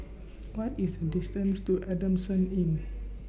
What IS The distance to Adamson Inn